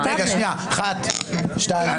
של אלמוג כהן על המילואימניקים: שפלים פריבילגים.